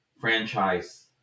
franchise